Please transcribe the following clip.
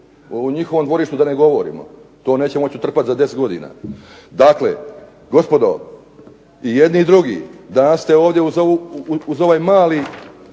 o njihovom dvorištu da ne govorimo to neće moći utrpati za 10 godina. Dakle gospodo, i jedni i drugi, danas ste ovdje uz ovaj mali,